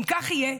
ואם כך יהיה,